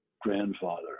grandfather